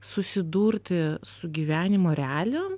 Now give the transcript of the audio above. susidurti su gyvenimo realijom